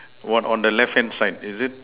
what on the left hand side is it